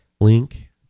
Link